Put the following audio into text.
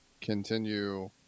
continue